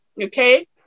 okay